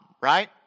right